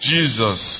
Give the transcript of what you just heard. Jesus